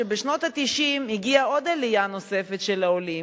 כשבשנות ה-90 הגיעה עלייה נוספת של העולים,